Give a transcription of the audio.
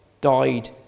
died